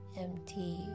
empty